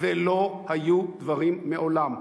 ולא היו דברים מעולם.